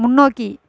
முன்னோக்கி